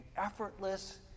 effortless